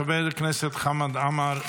חבר הכנסת חמד עמאר,